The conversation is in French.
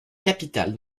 capital